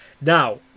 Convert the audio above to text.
Now